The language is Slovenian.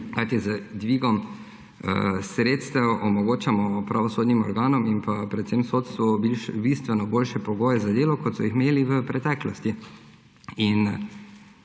Z dvigom sredstev omogočamo pravosodnim organom in pa predvsem sodstvu bistveno boljše pogoje za delo, kot so jih imeli v preteklosti.